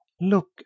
look